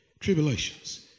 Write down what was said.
Tribulations